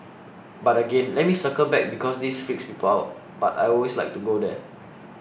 but again let me circle back because this freaks people out but I always like to go there